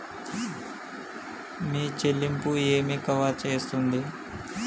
మీ చెల్లింపు ఏమి కవర్ చేస్తుంది?